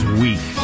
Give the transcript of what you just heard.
weak